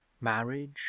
Marriage